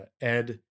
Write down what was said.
Ed